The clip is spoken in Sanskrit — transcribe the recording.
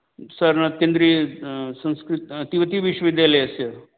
केन्द्रीय संस्कृत तिव्तिविश्वविद्यालयस्य